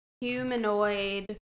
humanoid